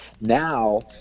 now